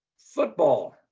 football.